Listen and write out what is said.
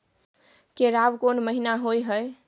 केराव कोन महीना होय हय?